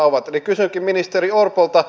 eli kysynkin ministeri orpolta